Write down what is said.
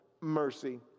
mercy